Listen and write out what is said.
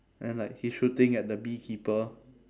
and then like he's shooting at the beekeeper